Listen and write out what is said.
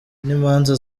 n’imanza